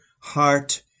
heart